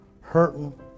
hurting